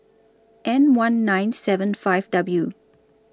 N one nine seven five W